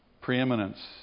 preeminence